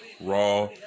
Raw